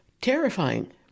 Terrifying